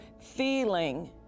feeling